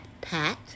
pat